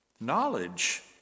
Knowledge